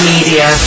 Media